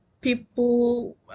people